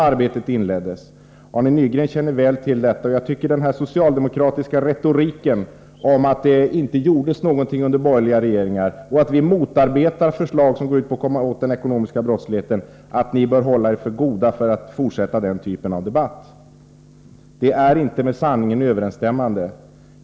Arne Nygren känner väl till detta, men det ingår i den socialdemokratiska retoriken att det inte gjordes någonting under borgerliga regeringar och att vi motarbetar förslag som går ut på att komma åt den ekonomiska brottsligheten. Jag tycker att ni bör hålla er för goda för att fortsätta den typen av debatt. Den är inte med sanningen överensstämmande.